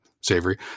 savory